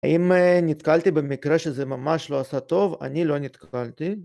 האם א...נתקלתי במקרה שזה ממש לא עשה טוב, אני לא נתקלתי.